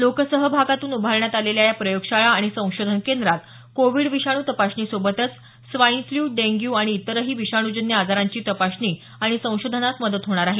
लोकसहभागातून उभारण्यात आलेल्या या प्रयोगशाळा आणि संशोधन केंद्रात कोविड विषाणू तपासणी सोबतच स्वाइन फ्ल्यू डेंग्यू आणि इतरही विषाणूजन्य आजारांची तपासणी आणि संशोधनास मदत होणार आहे